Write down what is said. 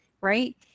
right